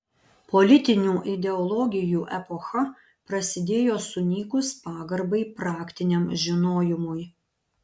politinių ideologijų epocha prasidėjo sunykus pagarbai praktiniam žinojimui